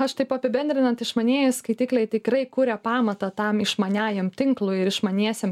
aš taip apibendrinant išmanieji skaitikliai tikrai kuria pamatą tam išmaniajam tinklui ir išmaniesiems